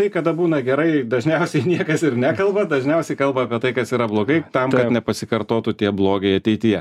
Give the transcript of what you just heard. tai kada būna gerai dažniausiai niekas ir nekalba dažniausiai kalba apie tai kas yra blogai tam kad nepasikartotų tie blogiai ateityje